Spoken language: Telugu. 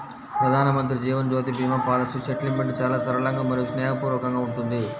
ప్రధానమంత్రి జీవన్ జ్యోతి భీమా పాలసీ సెటిల్మెంట్ చాలా సరళంగా మరియు స్నేహపూర్వకంగా ఉంటుంది